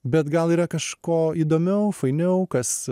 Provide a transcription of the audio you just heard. bet gal yra kažko įdomiau fainiau kas